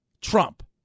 Trump